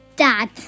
Dad